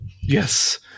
Yes